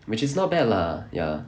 which is not bad lah ya